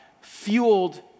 fueled